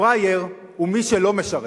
פראייר הוא מי שלא משרת,